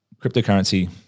cryptocurrency